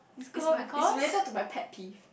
it's my it's related to my pet peeve